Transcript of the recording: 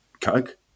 coke